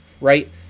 right